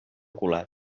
colat